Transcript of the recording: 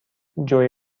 جویی